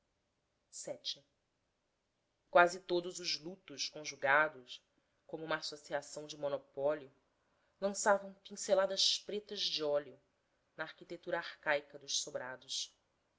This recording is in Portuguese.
tivestes quase todos os lutos conjugados como uma associação de monopólio lançavam pinceladas pretas de óleo na arquitetura arcaica dos sobrados